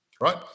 right